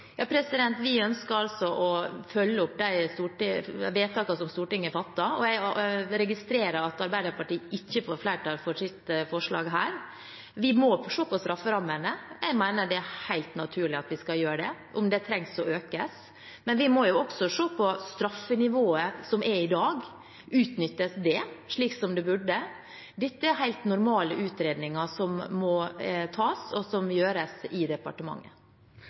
Vi ønsker altså å følge opp de vedtakene som Stortinget fatter, og jeg registrerer at Arbeiderpartiet ikke får flertall for sitt forslag her. Vi må se på strafferammene – jeg mener det er helt naturlig at vi skal gjøre det – om de trenger å økes. Men vi må også se på straffenivået som er i dag. Utnyttes det slik som det burde? Dette er helt normale utredninger som må foretas, og som gjøres i departementet.